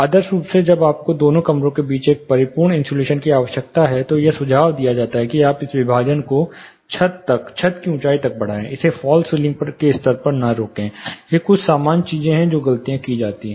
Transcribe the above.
आदर्श रूप से जब आपको दोनों कमरों के बीच एक परिपूर्ण इन्सुलेशन की आवश्यकता होती है तो यह सुझाव दिया जाता है कि आप इस विभाजन को छत तक छत की ऊँचाई तक बढ़ाएँ इसे फॉल्स सीलिंग के स्तर पर न रोकें ये कुछ सामान्य चीजें हैं जो गलतियाँ की जाती हैं